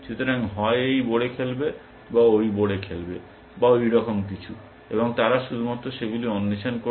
সুতরাং হয় এই বোড়ে খেলবে বা ওই বোড়ে খেলা হবে বা ঐরকম কিছু এবং তারা শুধুমাত্র সেগুলি অন্বেষণ করবে